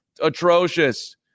atrocious